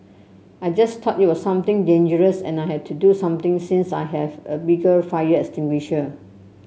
I just thought it was something dangerous and I had to do something since I have a bigger fire extinguisher